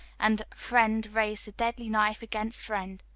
and friend raised the deadly knife against friend.